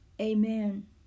amen